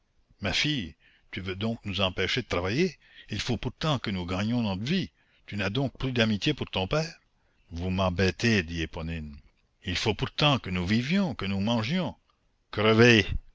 ma fille tu veux donc nous empêcher de travailler il faut pourtant que nous gagnions notre vie tu n'as donc plus d'amitié pour ton père vous m'embêtez dit éponine il faut pourtant que nous vivions que nous mangions